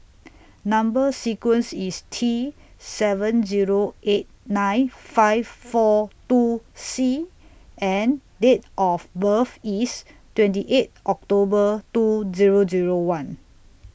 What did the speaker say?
Number sequence IS T seven Zero eight nine five four two C and Date of birth IS twenty eight October two Zero Zero one